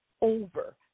over